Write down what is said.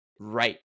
right